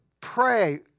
Pray